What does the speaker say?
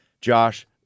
Josh